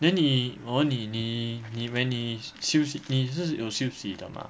then 你我问你你你 when 你休息你是有休息的吗